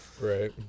right